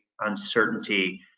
uncertainty